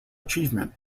achievement